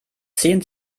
zehn